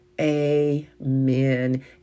Amen